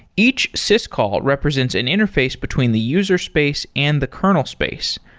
each syscall represents an interface between the user space and the kernel space.